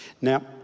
Now